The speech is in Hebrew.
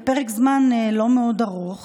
בפרק זמן לא מאוד ארוך